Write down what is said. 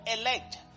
elect